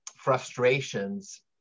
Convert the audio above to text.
frustrations